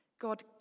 God